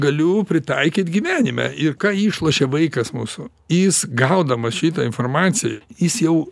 galiu pritaikyt gyvenime ir ką išlošia vaikas mūsų jis gaudamas šitą informaciją jis jau